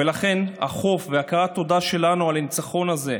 ולכן, החוב והכרת התודה שלנו על הניצחון הזה,